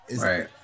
Right